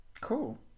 Cool